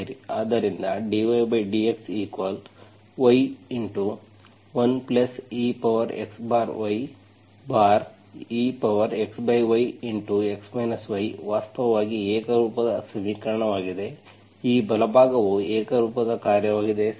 ಆದ್ದರಿಂದ dydxy 1exyexy x yವಾಸ್ತವವಾಗಿ ಏಕರೂಪದ ಸಮೀಕರಣವಾಗಿದೆ ಈ ಬಲಭಾಗವು ಏಕರೂಪದ ಕಾರ್ಯವಾಗಿದೆ